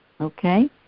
Okay